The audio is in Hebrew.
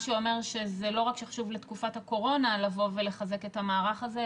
מה שאומר שזה לא רק שחשוב לתקופת הקורונה לבוא ולחזק את המערך הזה,